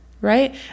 right